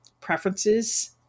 preferences